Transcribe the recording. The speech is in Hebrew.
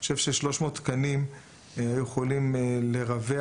אני חושב ש-300 תקנים יוכלו לרווח